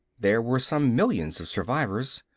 there were some millions of survivors.